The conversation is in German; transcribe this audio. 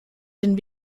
den